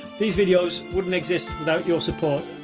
these videos wouldn't exist without your support.